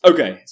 Okay